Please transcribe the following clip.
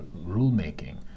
rulemaking